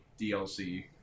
DLC